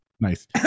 Nice